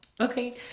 Okay